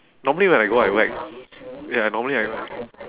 normally when I go I whack ya normally I whack